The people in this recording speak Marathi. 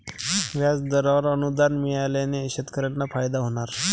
व्याजदरावर अनुदान मिळाल्याने शेतकऱ्यांना फायदा होणार